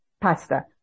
pasta